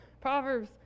Proverbs